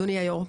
אדוני היו"ר,